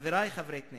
חברי חברי כנסת,